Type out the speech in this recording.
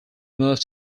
move